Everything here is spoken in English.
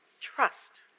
trust